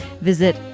Visit